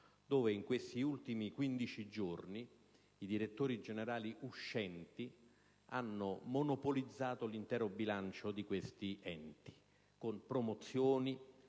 In questi ultimi quindici giorni i direttori generali uscenti hanno monopolizzato l'intero bilancio di questi enti con promozioni